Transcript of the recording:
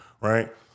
right